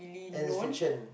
and it's fiction